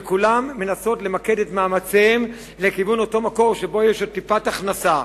שכולן מנסות למקד את מאמציהן לכיוון אותו מקור שיש בו עוד טיפת הכנסה.